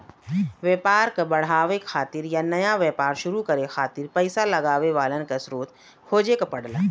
व्यापार क बढ़ावे खातिर या नया व्यापार शुरू करे खातिर पइसा लगावे वालन क स्रोत खोजे क पड़ला